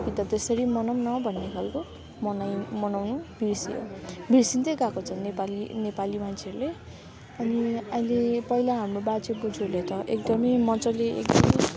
कि त त्यसरी मनाउँ न भनेर मनाइ मनाउनु बिर्स्यो बिर्सिदै गएको छ नेपाली नेपाली मान्छेहरूले अनि अहिले पहिला हाम्रो बाजे बोजूहरूले त एकदमै मजाले